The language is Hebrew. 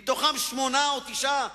מתוכם שמונה או תשעה